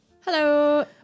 Hello